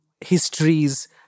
histories